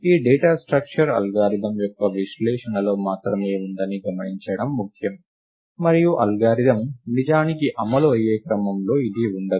ఈ data structure algorithm యొక్క విశ్లేషణలో మాత్రమే ఉందని గమనించడం ముఖ్యం మరియు అల్గోరిథం నిజానికి అమలు అయ్యే క్రమంలో ఇది ఉండదు